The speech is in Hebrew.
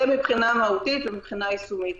זה מבחינה מהותית ומבחינה יישומית.